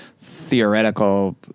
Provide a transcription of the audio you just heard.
theoretical